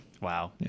wow